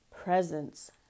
presence